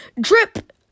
Drip